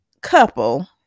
couple